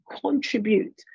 contribute